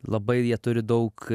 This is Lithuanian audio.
labai jie turi daug